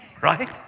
right